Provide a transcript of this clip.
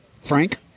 Frank